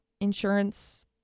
insurance